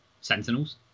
Sentinels